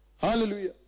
Hallelujah